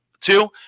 Two